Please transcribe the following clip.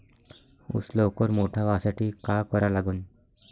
ऊस लवकर मोठा व्हासाठी का करा लागन?